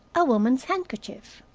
a woman's handkerchief.